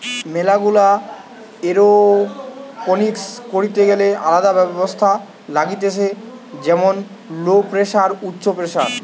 ম্যালা গুলা এরওপনিক্স করিতে গ্যালে আলদা ব্যবস্থা লাগতিছে যেমন লো প্রেসার, উচ্চ প্রেসার